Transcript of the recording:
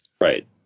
right